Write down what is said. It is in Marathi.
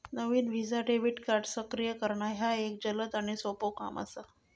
नवीन व्हिसा डेबिट कार्ड सक्रिय करणा ह्या एक जलद आणि सोपो काम असा